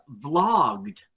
Vlogged